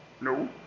No